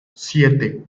siete